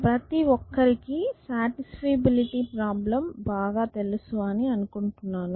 ప్రతి ఒక్కరికి satisfiability problem బాగా తెలుసు అని అనుకుంటున్నాను